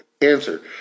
answer